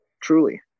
truly